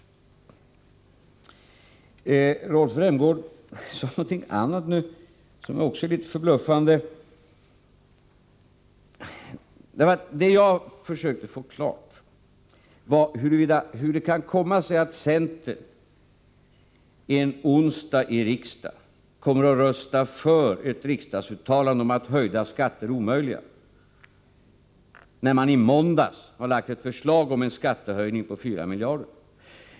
Rolf Rämgård sade någonting annat som också var litet förbluffande. Det jag försökte få klarhet i var hur det kan komma sig att centern på en onsdag i riksdagen kommer att rösta för ett riksdagsuttalande om att höjda skatter är omöjliga när man i måndags har lagt fram ett förslag om en skattehöjning på 4 miljarder.